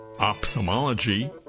Ophthalmology